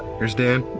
here's dan.